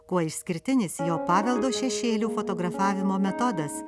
kuo išskirtinis jo paveldo šešėlių fotografavimo metodas